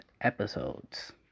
episodes